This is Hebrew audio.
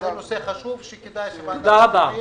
זה נושא חשוב שכדאי שוועדת הכספים